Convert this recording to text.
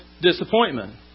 disappointment